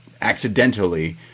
accidentally